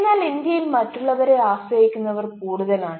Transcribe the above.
എന്നാൽ ഇന്ത്യയിൽ മറ്റുള്ളവരെ ആശ്രയിക്കുന്നവർ കൂടുതലാണ്